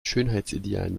schönheitsidealen